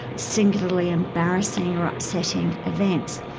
singularly embarrassing or upsetting events.